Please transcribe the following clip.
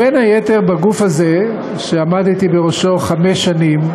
ובין היתר, בגוף הזה, שעמדתי בראשו חמש שנים,